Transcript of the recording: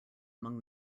among